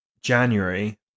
January